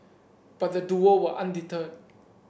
but the duo were undeterred